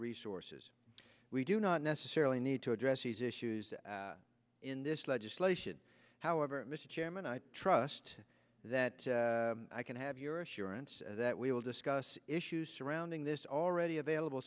resources we do not necessarily need to address these issues in this legislation however mr chairman i trust that i can have your assurance that we will discuss issues surrounding this already available